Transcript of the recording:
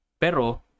Pero